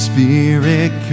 Spirit